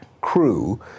crew